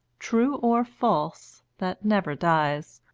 true or false, that never dies